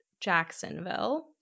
Jacksonville